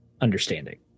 understanding